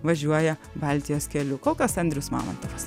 važiuoja baltijos keliu kol kas andrius mamontovas